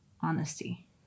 honesty